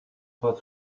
pas